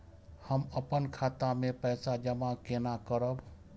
हम अपन खाता मे पैसा जमा केना करब?